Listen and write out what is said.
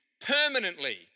permanently